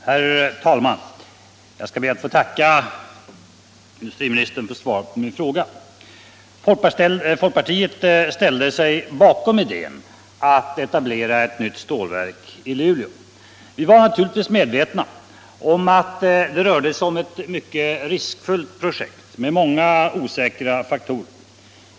Herr talman! Jag skall be att få tacka industriministern för svaret på min interpellation. Folkpartiet ställde sig bakom idén att etablera ett nytt stålverk i Luleå. Vi var naturligtvis medvetna om att det gällde ett riskfyllt projekt med många osäkra faktorer.